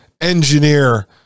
engineer